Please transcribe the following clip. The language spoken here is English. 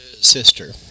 sister